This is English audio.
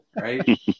Right